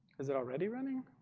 is it already running?